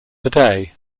today